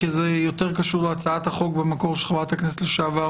כי זה יותר קשור להצעת החוק במקור של חברת הכנסת לשעבר